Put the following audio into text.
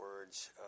words